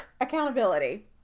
accountability